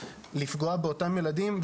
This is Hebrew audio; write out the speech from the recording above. לפגוע באותם ילדים,